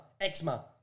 eczema